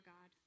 God